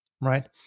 right